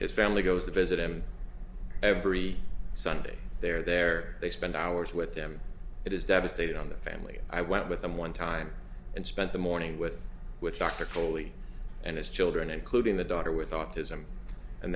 his family goes to visit him every sunday they're there they spend hours with them it is devastated on the family i went with them one time and spent the morning with which dr foley and his children including the daughter with autism and